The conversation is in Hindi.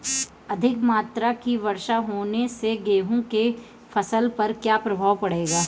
अधिक मात्रा की वर्षा होने से गेहूँ की फसल पर क्या प्रभाव पड़ेगा?